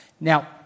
Now